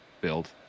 build